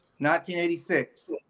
1986